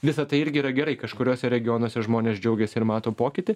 visa tai irgi yra gerai kažkuriuose regionuose žmonės džiaugiasi ir mato pokytį